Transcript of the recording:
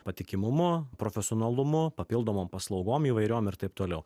patikimumu profesionalumu papildomom paslaugom įvairiom ir taip toliau